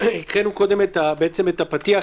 הקראנו קודם את הפתיח,